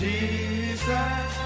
Jesus